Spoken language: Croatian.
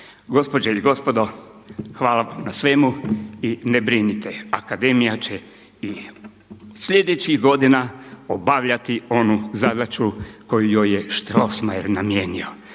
Gospođe i gospodo, hvala vam na svemu i ne brinite, Akademija će i sljedećih godina obavljati onu zadaću koju joj je Strossmayer namijenio